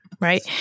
Right